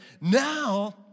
now